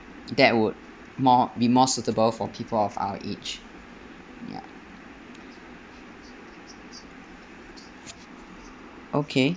that would more be more suitable for people of our age ya okay